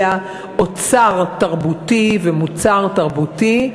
אלא אוצר תרבותי ומוצר תרבותי,